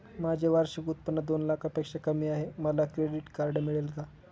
माझे वार्षिक उत्त्पन्न दोन लाखांपेक्षा कमी आहे, मला क्रेडिट कार्ड मिळेल का?